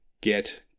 Get